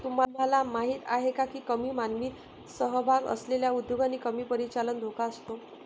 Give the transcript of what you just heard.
तुम्हाला माहीत आहे का की कमी मानवी सहभाग असलेल्या उद्योगांना कमी परिचालन धोका असतो?